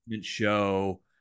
show